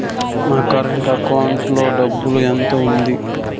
నా current account లో డబ్బులు ఎంత ఉంది?